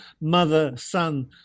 mother-son